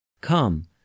Come